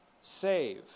Save